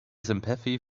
sympathy